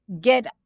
get